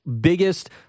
biggest